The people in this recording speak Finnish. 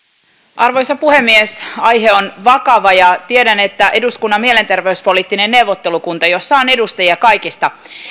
arvoisa puhemies aihe on vakava ja tiedän että myös eduskunnan mielenterveyspoliittinen neuvottelukunta jossa on edustajia kaikista